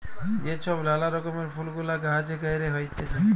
যে ছব লালা রকমের ফুল গুলা গাহাছে ক্যইরে হ্যইতেছে